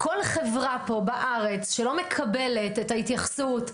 כל חברה פה בארץ שלא מקבלת את ההתייחסות,